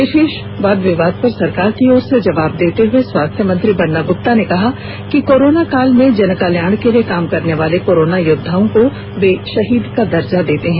विषेष वाद विवाद पर सरकार की ओर से जवाब देते हुए स्वास्थ्य मंत्री बन्ना गुप्ता ने कहा कि कोरोना काल में जनकल्याण के लिए काम करने वाले कोरोना योद्धाओं को वे शहीद का दर्जा देते है